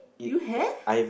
you have